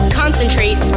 concentrate